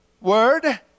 word